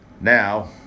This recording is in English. Now